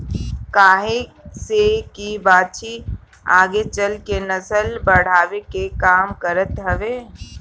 काहे से की बाछी आगे चल के नसल बढ़ावे के काम करत हवे